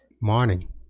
Morning